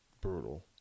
brutal